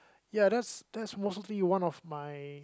ya that's that's mostly one of my